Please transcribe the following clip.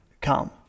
come